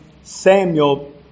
Samuel